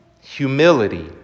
humility